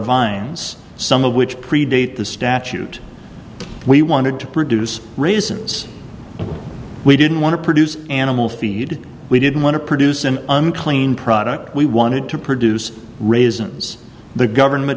vines some of which predate the statute we wanted to produce raisins we didn't want to produce animal feed we didn't want to produce an unclean product we wanted to produce raisins the government